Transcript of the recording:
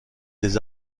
des